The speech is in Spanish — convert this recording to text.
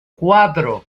cuatro